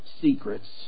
secrets